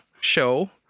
show